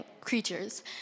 creatures